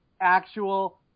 actual